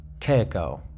keiko